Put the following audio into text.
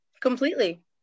completely